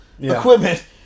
equipment